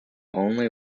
only